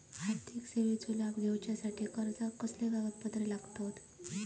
आर्थिक सेवेचो लाभ घेवच्यासाठी अर्जाक कसले कागदपत्र लागतत?